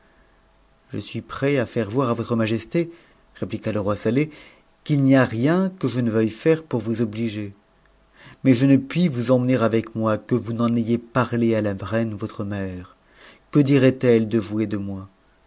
je suis prêt à fiire voir à votre majesté répliqua le roi saleh qu'it n'y a rien que je ne veuille faire pour vous obliger mais je ne puis vous emm'ncr avec moi que vous n'en ayez parlé à la reine votre mère que diraitelle de vous et de moi